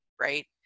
right